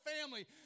family